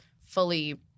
fully